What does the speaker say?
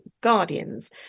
guardians